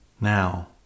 now